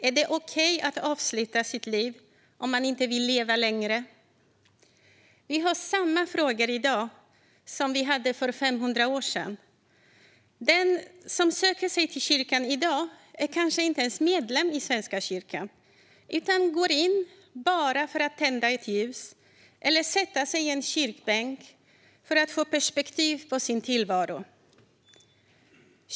Är det okej att avsluta sitt liv om man inte vill leva längre? Vi har samma frågor i dag som vi hade för 500 år sedan. Men den som söker sig till kyrkan i dag är kanske inte ens medlem i Svenska kyrkan utan går in bara för att tända ett ljus eller sätta sig i en kyrkbänk för att få perspektiv på sin tillvaro.